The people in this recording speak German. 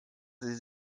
sie